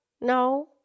No